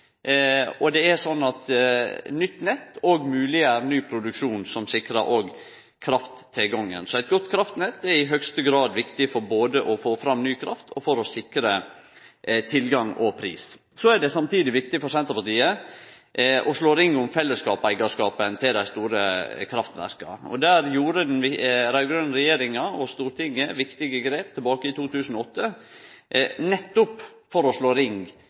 og det er sånn at nytt nett òg mogleggjer ny produksjon som sikrar krafttilgangen. Så eit godt kraftnett er i høgste grad viktig for både å få fram ny kraft og for å sikre tilgang og pris. Så er det samtidig viktig for Senterpartiet å slå ring om fellesskapens eigarskap til dei store kraftverka. Der gjorde den raud-grøne regjeringa og Stortinget viktige grep tilbake i 2008, nettopp for å slå ring